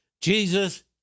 Jesus